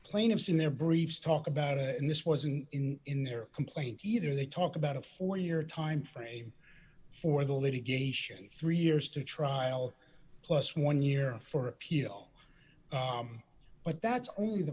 plaintiffs in their briefs talk about it and this wasn't in in their complaint either they talk about a four year time frame for the litigation three years to trial plus one year for appeal but that's only the